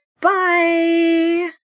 bye